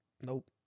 Nope